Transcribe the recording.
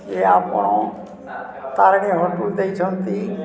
ଯେ ଆପଣ ତାରିଣୀ ହୋଟେଲ ଦେଇଛନ୍ତି